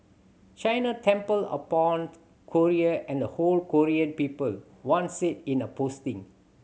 China trampled upon Korea and the whole Korean people one said in a posting